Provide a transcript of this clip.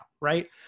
right